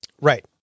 Right